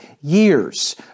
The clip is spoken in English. years